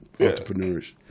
entrepreneurs